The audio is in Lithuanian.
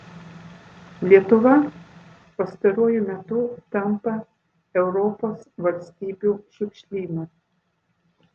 lietuva pastaruoju metu tampa europos valstybių šiukšlynu